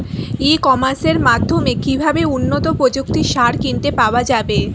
ই কমার্সের মাধ্যমে কিভাবে উন্নত প্রযুক্তির সার কিনতে পাওয়া যাবে?